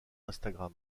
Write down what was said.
instagram